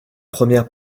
première